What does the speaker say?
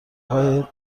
آقای